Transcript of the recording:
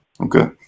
Okay